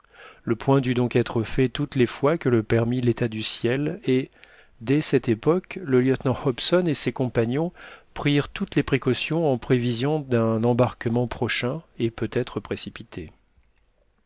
le point dut donc être fait toutes les fois que le permit l'état du ciel et dès cette époque le lieutenant hobson et ses compagnons prirent toutes les précautions en prévision d'un embarquement prochain et peut-être précipité